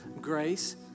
grace